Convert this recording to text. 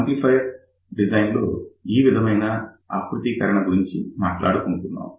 amplifier డిజైన్లో ఈ విధమైన ఆకృతీకరణ గురించి మనం మాట్లాడుకున్నాం